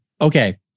Okay